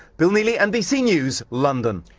bill neely, nbc news, london.